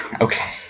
Okay